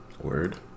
Word